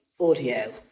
audio